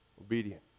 obedient